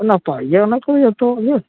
ᱚᱱᱮᱛᱚ ᱤᱭᱟᱹ ᱚᱱᱟᱠᱚ ᱡᱚᱛᱚ ᱤᱭᱟᱹ